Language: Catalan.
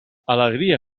alegria